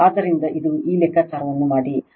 ಆದ್ದರಿಂದ ಇದು ಈ ಲೆಕ್ಕಾಚಾರವನ್ನು ಮಾಡಿರಿ